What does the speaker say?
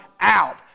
out